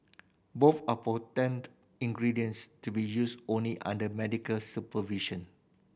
both are potent ingredients to be used only under medical supervision